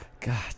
God